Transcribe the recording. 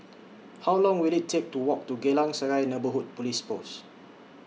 How Long Will IT Take to Walk to Geylang Serai Neighbourhood Police Post